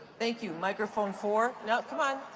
thank you. microphone four. now, come on.